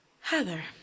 Heather